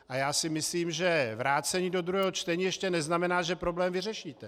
A já si myslím, že vrácení do druhého čtení ještě neznamená, že problém vyřešíte.